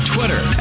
Twitter